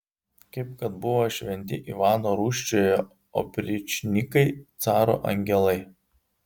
kaip kad buvo šventi ivano rūsčiojo opričnikai caro angelai